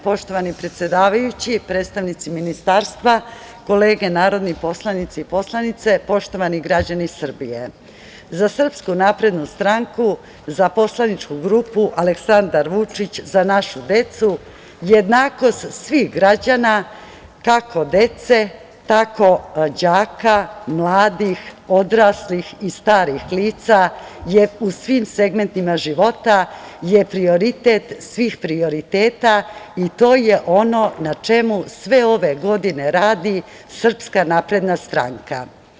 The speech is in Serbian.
Poštovani predsedavajući, predstavnici ministarstva, kolege narodni poslanici i poslanice, poštovani građani Srbije, za Srpsku naprednu stranku, za poslaničku grupu Aleksandar Vučić – Za našu decu, jednakost svih građana, kako dece, tako đaka, mladih, odraslih i starih lica u svim segmentima života je prioritet svih prioriteta i to je ono na čemu sve ove godine radi SNS.